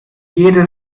jedes